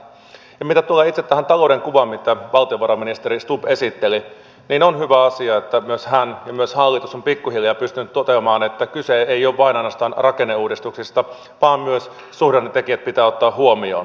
ja mitä tulee itse tähän talouden kuvaan mitä valtiovarainministeri stubb esitteli niin on hyvä asia että myös hän ja hallitus ovat pikkuhiljaa pystyneet toteamaan että kyse ei ole vain ja ainoastaan rakenneuudistuksista vaan myös suhdannetekijät pitää ottaa huomioon